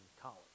college